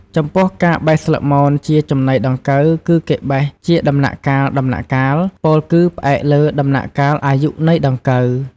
ចំពោះការបេះស្លឹកមន ជាចំណីដង្កូវគឺគេបេះជាដំណាក់កាលៗ ពោលគឺផ្អែកលើដំណាក់កាលអាយុនៃដង្កូវ។